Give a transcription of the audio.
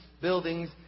buildings